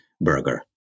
burger